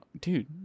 dude